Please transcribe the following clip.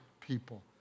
people